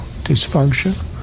dysfunction